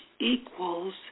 equals